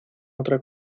otra